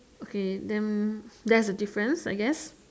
okay then that's the difference I guess